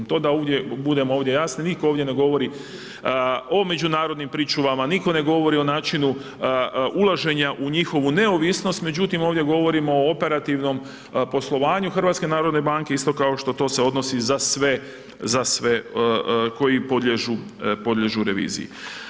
To da budem ovdje jasan, nitko ovdje ne govori o međunarodnim pričuvama, nitko ne govori o načinu ulaženja u njihovu neovisnost, međutim, ovdje govorimo o operativnom poslovanju HNB, isto kao što to se odnosi za sve koji podliježu reviziji.